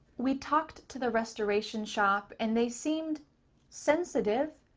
we talked to the restoration shop and they seemed sensitive,